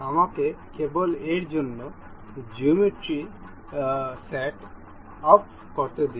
আমাকে কেবল এর জন্য জিওমেট্রি সেট আপ করতে দিন